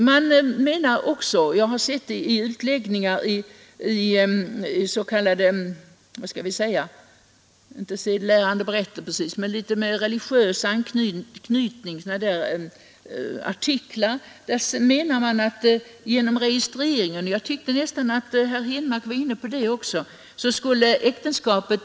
Man menar vidare — jag har sett det bl.a. i vad jag vill kalla för inte precis sedelärande berättelser men i artiklar med litet religiös anknytning — att äktenskapet skulle bli mindre hållbart genom ett registreringsförfarande än om man har ett ståtligt bröllop.